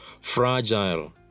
fragile